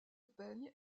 peigne